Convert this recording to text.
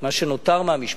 מה שנותר מהמשפחה.